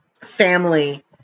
family